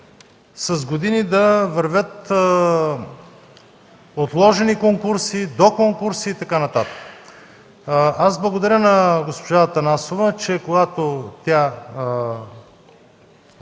с години да вървят отложени конкурси, „до конкурси” и така нататък. Благодаря на госпожа Атанасова, че когато тя